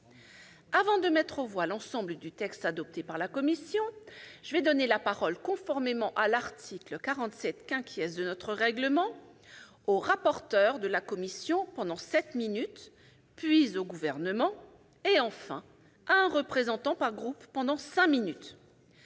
Avant de mettre aux voix l'ensemble du texte adopté par la commission, je vais donner la parole, conformément à l'article 47 de notre règlement, au rapporteur de la commission, pour sept minutes, puis au Gouvernement et, enfin, à un représentant par groupe pour cinq minutes.